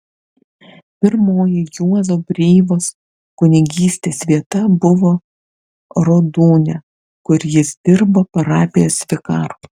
pirmoji juozo breivos kunigystės vieta buvo rodūnia kur jis dirbo parapijos vikaru